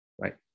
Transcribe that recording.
right